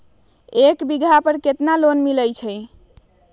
एक बीघा पर कितना लोन मिलता है?